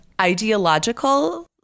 ideological